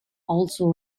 also